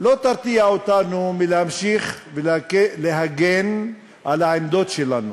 לא תרתיע אותנו מלהמשיך ולהגן על העמדות שלנו,